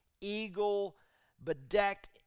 eagle-bedecked